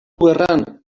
gerran